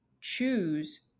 choose